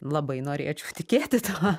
labai norėčiau tikėti tuo